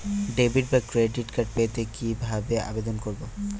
Debit বা credit card পেতে কি ভাবে আবেদন করব?